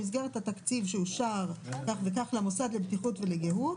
במסגרת התקציב שאושר...למוסד לבטיחות וגיהות,